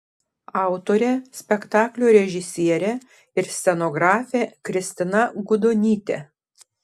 autorė spektaklio režisierė ir scenografė kristina gudonytė